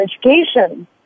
Education